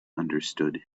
understood